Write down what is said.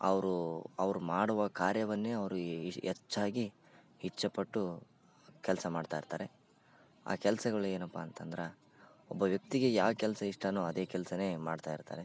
ಅವ್ರು ಅವ್ರು ಮಾಡುವ ಕಾರ್ಯವನ್ನೇ ಅವರು ಹೆಚ್ಚಾಗಿ ಇಚ್ಛೆ ಪಟ್ಟು ಕೆಲಸ ಮಾಡ್ತಾ ಇರ್ತಾರೆ ಆ ಕೆಲಸಗಳೇನಪ್ಪ ಅಂತಂದ್ರೆ ಒಬ್ಬ ವ್ಯಕ್ತಿಗೆ ಯಾ ಕೆಲಸ ಇಷ್ಟವೋ ಅದೇ ಕೆಲಸವೇ ಮಾಡ್ತಾ ಇರ್ತಾರೆ